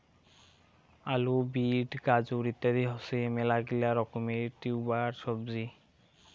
আলু, বিট, গাজর ইত্যাদি হসে মেলাগিলা রকমের টিউবার সবজি